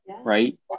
Right